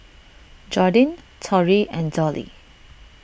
Jordyn Torrey and Dollie